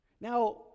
Now